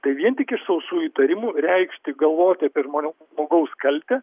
tai vien tik sausų įtarimų reikšti galvoti apie žmonių žmogaus kaltę